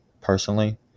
personally